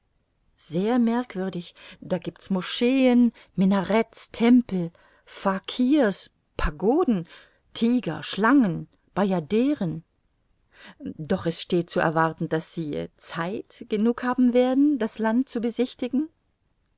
sehr merkwürdig da giebt's moscheen minarets tempel fakirs pagoden tiger schlangen bajaderen doch es steht zu erwarten daß sie zeit genug haben werden das land zu besichtigen